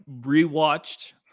re-watched